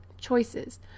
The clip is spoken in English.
choices